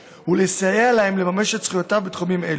ולסייע להם לממש את זכויותיהם בתחומים אלו.